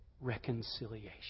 reconciliation